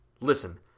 Listen